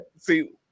see